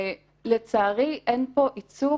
ולצערי אין פה ייצוג.